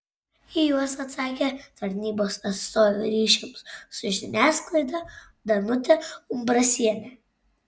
į juos atsakė tarnybos atstovė ryšiams su žiniasklaida danutė umbrasienė